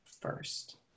first